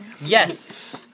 Yes